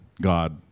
God